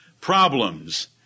problems